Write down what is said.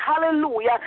hallelujah